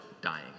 dying